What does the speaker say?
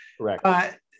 Correct